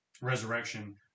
resurrection